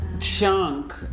chunk